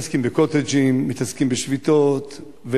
מתעסקים ב"קוטג'ים", מתעסקים בשביתות,